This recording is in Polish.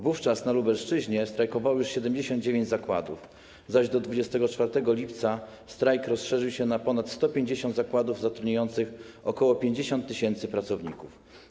Wówczas na Lubelszczyźnie strajkowało już 79 zakładów, zaś do 24 lipca strajk rozszerzył się na ponad 150 zakładów zatrudniających ok. 50 tys. pracowników.